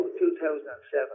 2007